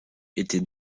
était